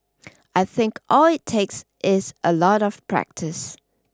I think all it takes is a lot of practice